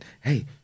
hey